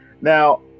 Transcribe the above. Now